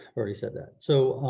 already said that. so